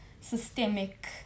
systemic